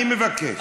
אני מבקש.